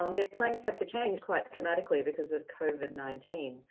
um their plans had to change quite dramatically because of covid nineteen.